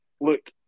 look